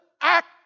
act